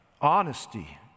Honesty